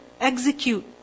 execute